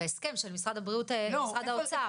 בהסכם של משרד הבריאות ומשרד האוצר.